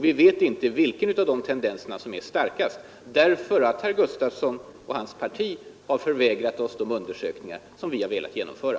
Vi vet inte vilken av de tendenserna som är starkast, eftersom herr Gustavsson i Ängelholm och hans parti har förvägrat oss de undersökningar som vi har velat genom föra.